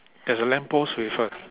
there's a lamppost with a